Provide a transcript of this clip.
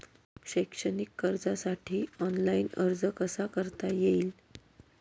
शैक्षणिक कर्जासाठी ऑनलाईन अर्ज कसा करता येईल?